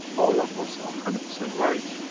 all of us are hundred percent right,